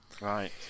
Right